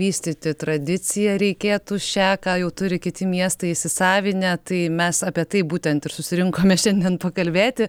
vystyti tradiciją reikėtų šią ką jau turi kiti miestai įsisavinę tai mes apie tai būtent ir susirinkome šiandien pakalbėti